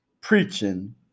preaching